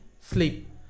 sleep